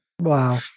wow